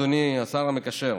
אדוני השר המקשר,